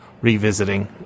revisiting